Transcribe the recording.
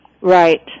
Right